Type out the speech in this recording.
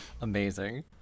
Amazing